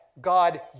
God